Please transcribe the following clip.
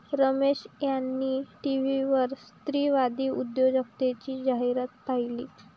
रमेश यांनी टीव्हीवर स्त्रीवादी उद्योजकतेची जाहिरात पाहिली